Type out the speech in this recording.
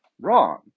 wrong